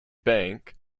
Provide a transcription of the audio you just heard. bank